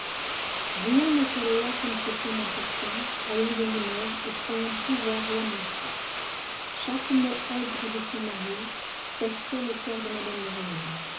comme cet homme important ayant de l'humeur et croyant pouvoir la montrer chaque mot aigre de son mari perçait le coeur de mme